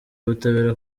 w’ubutabera